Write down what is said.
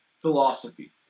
philosophy